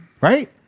Right